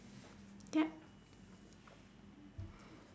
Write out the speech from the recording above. yup